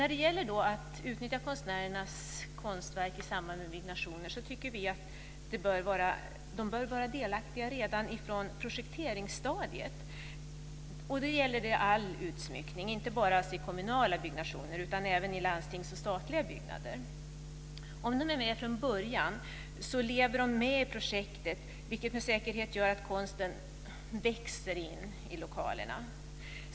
När det gäller utnyttjandet av konstnärers konstverk i samband med byggnationer tycker vi att konstnärerna bör vara delaktiga redan från projekteringsstadiet.